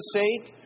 sake